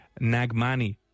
Nagmani